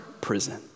prison